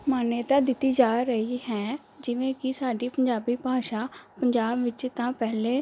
ਮਾਨਤਾ ਦਿੱਤੀ ਜਾ ਰਹੀ ਹੈ ਜਿਵੇਂ ਕਿ ਸਾਡੀ ਪੰਜਾਬੀ ਭਾਸ਼ਾ ਪੰਜਾਬ ਵਿੱਚ ਤਾਂ ਪਹਿਲੇ